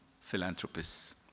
philanthropists